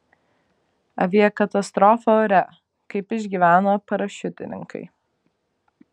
aviakatastrofa ore kaip išgyveno parašiutininkai